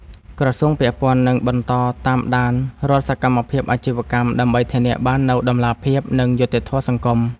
ក្រសួងពាក់ព័ន្ធនឹងបន្តតាមដានរាល់សកម្មភាពអាជីវកម្ម ដើម្បីធានាបាននូវតម្លាភាព និងយុត្តិធម៌សង្គម។